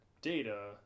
data